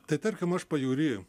tai tarkim aš pajūry